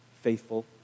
faithful